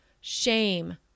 shame